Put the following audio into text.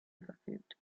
verfügt